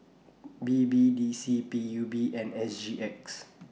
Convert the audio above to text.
B B D C P U B and S G X